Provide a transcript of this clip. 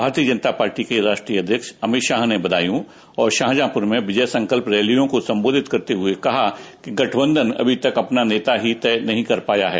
भारतीय जनता पार्टी के राष्ट्रीय अध्यक्ष अमित शाह ने बदायूं और शाहजहांपुर में विजय संकल्प रैलियों को संबोधित करते हुए कहा कि गठबंधन अभी तक अपना नेता ही तय नहीं कर पाया है